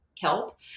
kelp